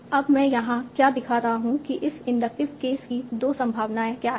अब मैं यहाँ क्या दिखा रहा हूँ कि इस इंडक्टिव केस की 2 संभावनाएँ क्या हैं